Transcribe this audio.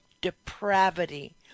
depravity